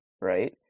right